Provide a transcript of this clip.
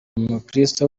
mukristo